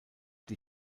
die